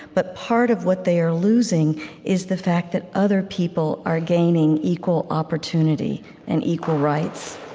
but part of what they are losing is the fact that other people are gaining equal opportunity and equal rights